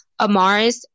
Amaris